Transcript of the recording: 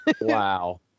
Wow